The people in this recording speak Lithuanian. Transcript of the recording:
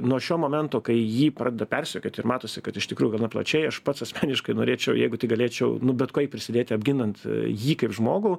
nuo šio momento kai jį pradeda persekiot ir matosi kad iš tikrųjų gana plačiai aš pats asmeniškai norėčiau jeigu tik galėčiau nu bet kaip prisidėti apginant jį kaip žmogų